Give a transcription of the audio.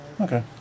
Okay